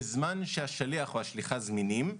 בזמן שהשליח או השליחה זמינים,